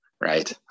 Right